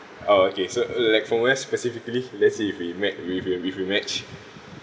oh okay so like from where specifically let's say if we mat~ if we if we match